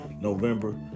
november